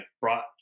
brought